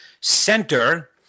Center